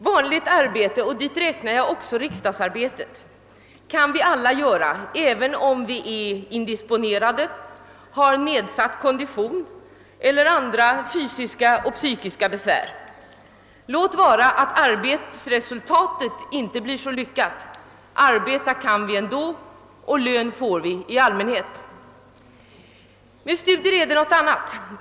Vanligt arbete — och dit räknar jag också riksdagsarbetet — kan vi alla utföra, även om vi är indisponerade, har nedsatt kondition eller lider av andra fysiska och psykiska besvär. Låt vara att arbetsresultatet inte blir så lyckat, arbeta kan vi ändå, och lön får vi i allmänhet. Med studier är det något annat.